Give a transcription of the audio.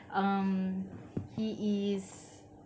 um he is